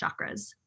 chakras